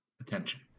attention